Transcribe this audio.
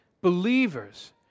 believers